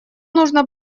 нужно